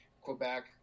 Quebec